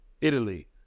Italy